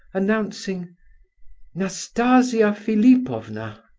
announcing nastasia philipovna!